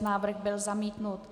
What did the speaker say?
Návrh byl zamítnut.